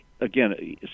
again